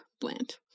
Bland